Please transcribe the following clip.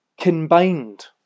combined